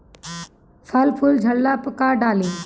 फल फूल झड़ता का डाली?